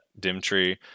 Dimtree